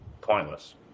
pointless